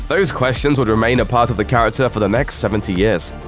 those questions would remain a part of the character for the next seventy years.